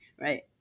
right